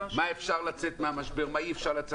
מה אפשר לצאת מהמשבר, מה לא.